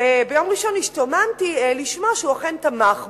ביום ראשון השתוממתי לשמוע שהוא אכן תמך בה,